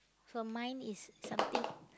so mine is something